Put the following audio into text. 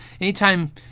anytime